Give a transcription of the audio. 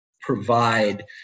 provide